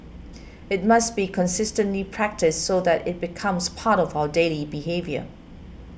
it must be consistently practised so that it becomes part of our daily behaviour